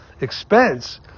expense